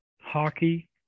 hockey